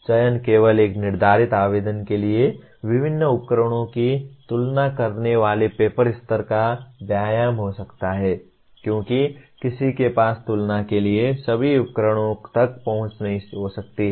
चयन केवल एक निर्धारित आवेदन के लिए विभिन्न उपकरणों की तुलना करने वाले पेपर स्तर का व्यायाम हो सकता है क्योंकि किसी के पास तुलना के लिए सभी उपकरणों तक पहुंच नहीं हो सकती है